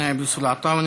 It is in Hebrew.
א-נאאב יוסף עטאונה.